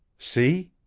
see?